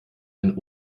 ein